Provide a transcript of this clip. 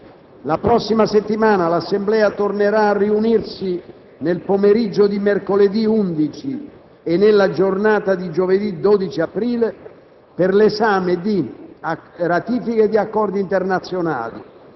La prossima settimana l'Assemblea tornerà a riunirsi nel pomeriggio di mercoledì 11 e nella giornata di giovedì 12 aprile per l'esame di ratifiche di accordi internazionali,